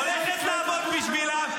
הולכת לעבוד בשבילם,